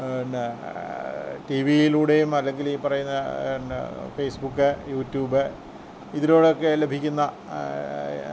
T വിയിലൂടെയും അല്ലങ്കിലീ പറയുന്ന പിന്നെ ഫേസ് ബുക്ക് യു ട്യൂബ് ഇതിലൂടൊക്കെ ലഭിക്കുന്ന